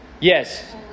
Yes